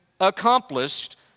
accomplished